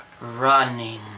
Running